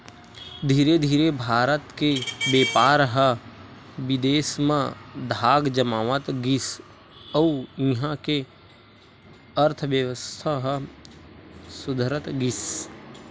धीरे धीरे भारत के बेपार ह बिदेस म धाक जमावत गिस अउ इहां के अर्थबेवस्था ह सुधरत गिस